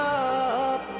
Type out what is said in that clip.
up